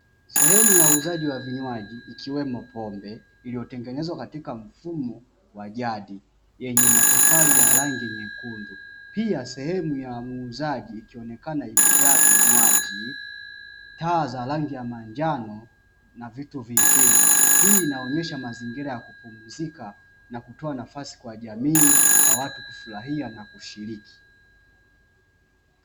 Sehemu ya uuzaji wa vinywaji ikiwemo pombe, iliyotengenezwa katika mfumo wa jadi. Yenye matofali ya rangi nyekundu. Pia sehemu ya muuzaji ikionekana imejaa vinywaji, taa za rangi ya manjano na vitu vingine. Hii inaonyesha mazingira ya kupumzika na kutoa nafasi kwa jamii kwa watu kufurahia na kushiriki.